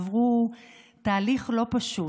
עברו תהליך לא פשוט.